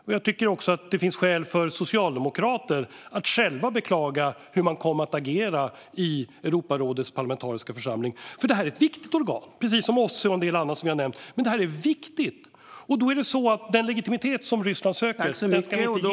Det finns också skäl för socialdemokrater att själva beklaga hur man kom att agera i Europarådets parlamentariska församling. Det är ett viktigt organ, precis som OSSE och en del annat som jag nämnt. Den legitimitet som Ryssland söker ska man inte ge det.